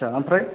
आतसा ओमफ्राय